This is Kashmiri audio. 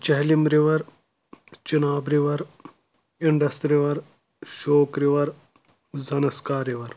Jhelum river Chenab river Indus river Shyok river Zanskar river